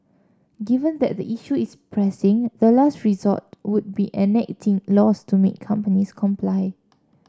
given that the issue is pressing the last resort would be enacting laws to make companies comply